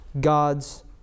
God's